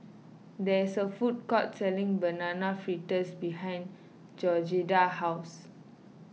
there is a food court selling Banana Fritters behind Georgetta's house